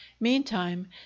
Meantime